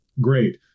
great